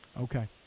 Okay